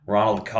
Ronald